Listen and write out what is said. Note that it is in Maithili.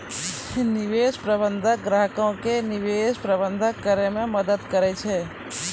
निवेश प्रबंधक ग्राहको के निवेश प्रबंधन करै मे मदद करै छै